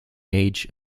age